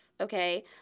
okay